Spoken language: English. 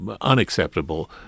unacceptable